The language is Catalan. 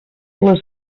les